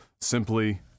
simply